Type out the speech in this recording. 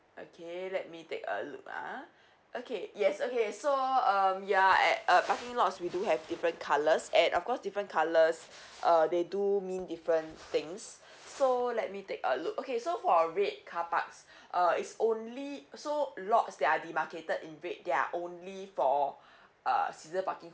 okay let me take a look ah okay yes okay so um ya at uh parking lots we do have different colours and of course different colours uh they do mean different things so let me take a look okay so for red car parks uh is only sold lots that are demarcated in red they're only for uh residents parking